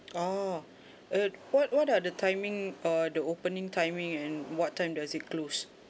oh uh what what are the timing uh the opening timing and what time does it close